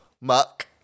Muck